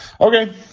Okay